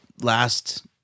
last